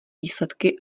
výsledky